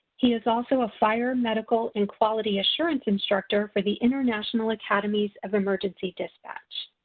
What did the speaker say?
he is also a fire, medical and quality assurance instructor for the international academy of emergency dispatch.